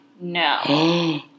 no